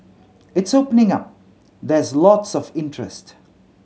it's opening up there's lots of interest